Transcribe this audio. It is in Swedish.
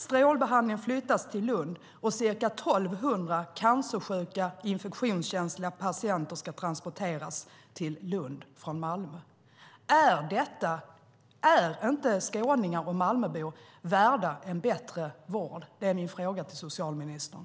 Strålbehandlingen flyttas till Lund, och ca 1 200 cancersjuka, infektionskänsliga patienter ska transporteras till Lund från Malmö. Är inte skåningar och Malmöbor värda en bättre vård? Det är min fråga till socialministern.